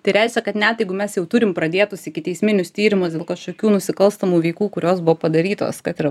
tai reiškia kad net jeigu mes jau turim pradėtus ikiteisminius tyrimus dėl kažkokių nusikalstamų veikų kurios buvo padarytos kad ir